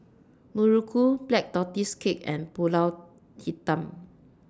Muruku Black Tortoise Cake and Pulut Hitam